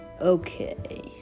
Okay